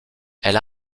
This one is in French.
elle